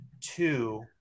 two